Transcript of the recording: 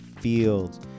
fields